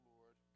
Lord